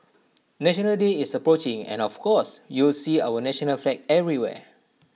National Day is approaching and of course you'll see our national flag everywhere